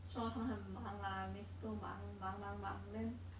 说他很忙啦每次都忙忙忙忙 then